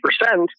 percent